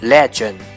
Legend